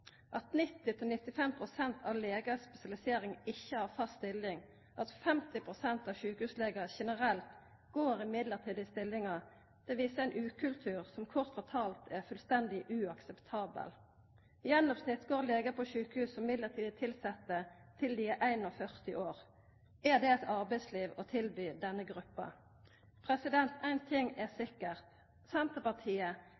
At 90–95 pst. av legar i spesialisering ikkje har fast stilling, og at 50 pst. av sjukehuslegar generelt går i mellombelse stillingar, viser ein ukultur som kort fortalt er fullstendig uakseptabel. I gjennomsnitt går legar på sjukehus som mellombels tilsette til dei er 41 år. Er det eit arbeidsliv å tilby denne gruppa? Éin ting er